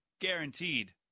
Guaranteed